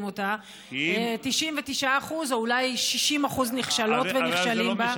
אותה או 99% או אולי 60% נכשלות ונכשלים בה.